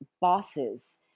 bosses